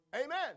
Amen